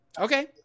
Okay